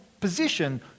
position